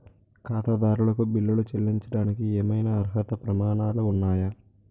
ఖాతాదారులకు బిల్లులు చెల్లించడానికి ఏవైనా అర్హత ప్రమాణాలు ఉన్నాయా?